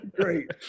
Great